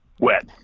Wet